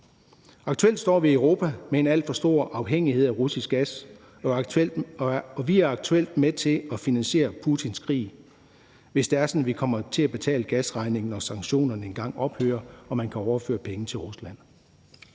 Aktuelt står vi i Europa med en alt for stor afhængighed af russisk gas, og vi er aktuelt med til at finansiere Putins krig, hvis det er sådan, vi kommer til at betale gasregningen, når sanktionerne engang ophører og man kan overføre penge til Rusland.